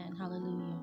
Hallelujah